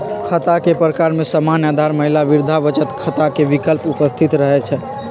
खता के प्रकार में सामान्य, आधार, महिला, वृद्धा बचत खता के विकल्प उपस्थित रहै छइ